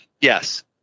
yes